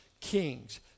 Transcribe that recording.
Kings